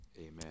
amen